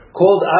called